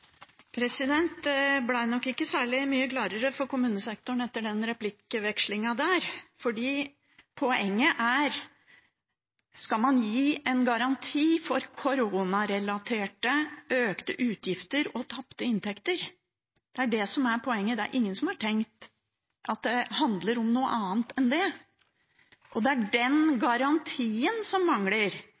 nok ikke særlig mye klarere for kommunesektoren etter den replikkvekslingen. Poenget er: Skal man gi en garanti for koronarelaterte økte utgifter og tapte inntekter? Det er det som er poenget. Det er ingen som har tenkt at det handler om noe annet enn det. Det er den garantien som mangler.